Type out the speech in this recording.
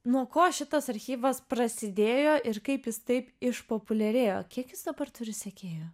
nuo ko šitas archyvas prasidėjo ir kaip jis taip išpopuliarėjo kiek jis dabar turi sekėjų